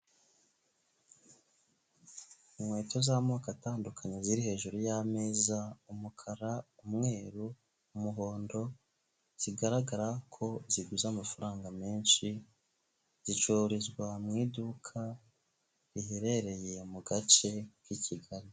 Inkweto z'amoko atandukanye ziri hejuru y'ameza, umukara, umweru, umuhondo zigaragara ko ziguze amafaranga menshi, zicururizwa mu iduka riherereye mu gace k'i Kigali.